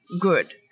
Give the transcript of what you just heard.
good